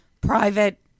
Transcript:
Private